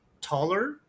taller